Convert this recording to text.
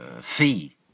fee